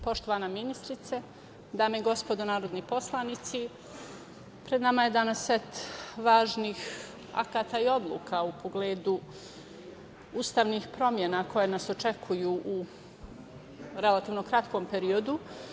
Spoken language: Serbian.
Poštovana ministrice, dame i gospodo narodni poslanici, pred nama je danas set važnih akata i odluka u pogledu ustavnih promena koje nas očekuju u relativno kratkom periodu.